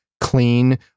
clean